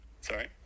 Sorry